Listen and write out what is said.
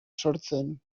sortzen